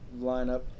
lineup